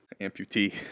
amputee